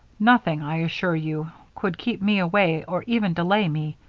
nothing, i assure you, could keep me away or even delay me.